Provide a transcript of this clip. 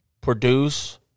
produce